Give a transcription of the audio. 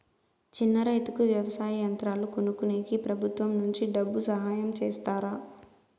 చిన్న రైతుకు వ్యవసాయ యంత్రాలు కొనుక్కునేకి ప్రభుత్వం నుంచి డబ్బు సహాయం చేస్తారా?